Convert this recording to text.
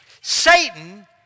Satan